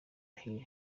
hill